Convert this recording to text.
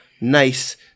nice